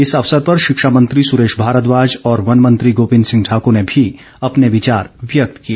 इस अवसर पर शिक्षामंत्री सुरेश भारद्दाज और वन मंत्री गोविंद सिंह ठाकुर ने भी अपने विचार व्यक्त किए